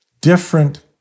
different